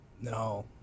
No